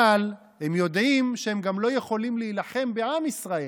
אבל הם יודעים שהם לא יכולים להילחם גם בעם ישראל.